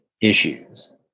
issues